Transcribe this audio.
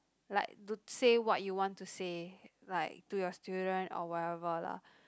like to say what you want to say like to your student or whatever lah